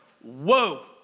whoa